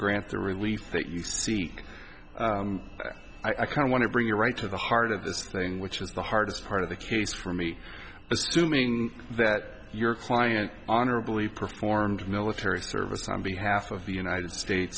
grant the relief that you seek but i kind of want to bring you right to the heart of this thing which was the hardest part of the case for me assuming that your client honorably performed military service on behalf of the united states